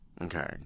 Okay